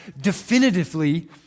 definitively